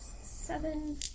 seven